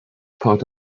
part